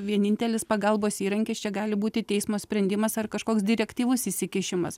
vienintelis pagalbos įrankis čia gali būti teismo sprendimas ar kažkoks direktyvus įsikišimas